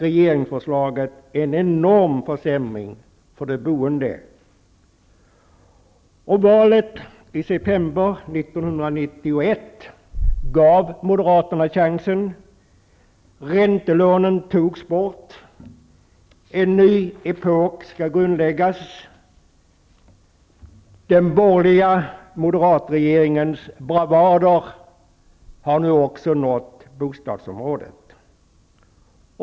Regeringsförslaget innebär en enorm försämring för de boende. Valet i september 1991 gav Moderaterna chansen. Räntelånen togs bort. En ny epok skall grundläggas. Den borgerliga moderatregeringens bravader har nu också nått bostadsområdet.